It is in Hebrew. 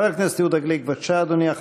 חבר הכנסת יהודה גליק, בבקשה, אדוני.